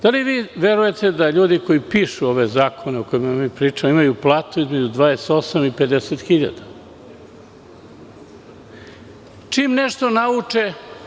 Da li vi verujete da ljudi koji pišu ove zakone o kojima mi pričamo imaju platu između 28 i 50 hiljada dinara?